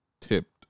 tipped